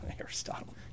Aristotle